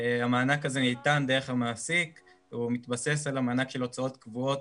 המענק הזה ניתן דרך המעסיק והוא מתבסס על המענק של הוצאות קבועות